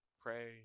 pray